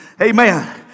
Amen